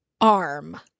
arm